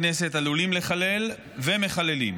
משכן הכנסת, עלולים לחלל, ומחללים.